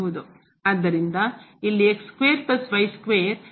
ಆದ್ದರಿಂದ ಇಲ್ಲಿ ಧನಾತ್ಮಕವಾಗಿರುತ್ತದೆ